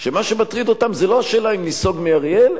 שמה שמטריד אותם זה לא השאלה אם ניסוג מאריאל,